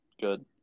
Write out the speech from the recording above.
good